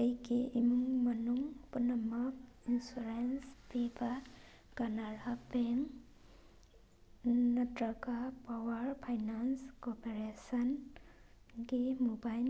ꯑꯩꯒꯤ ꯏꯃꯨꯡ ꯃꯅꯨꯡ ꯄꯨꯝꯅꯃꯛ ꯏꯟꯁꯨꯔꯦꯟꯁ ꯄꯤꯕ ꯀꯅꯥꯔꯥ ꯕꯦꯡ ꯅꯇ꯭ꯔꯒ ꯄꯋꯥꯔ ꯐꯥꯏꯅꯥꯟꯁ ꯀꯣꯔꯄꯣꯔꯦꯁꯟ ꯒꯤ ꯃꯣꯕꯥꯏꯜ